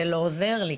זה לא עוזר לי.